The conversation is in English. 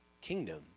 kingdom